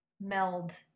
meld